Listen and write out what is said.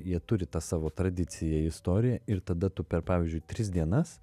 jie turi tą savo tradiciją istoriją ir tada tu per pavyzdžiui tris dienas